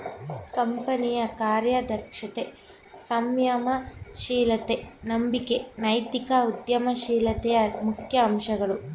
ಕಂಪನಿಯ ಕಾರ್ಯದಕ್ಷತೆ, ಸಂಯಮ ಶೀಲತೆ, ನಂಬಿಕೆ ನೈತಿಕ ಉದ್ಯಮ ಶೀಲತೆಯ ಮುಖ್ಯ ಅಂಶಗಳು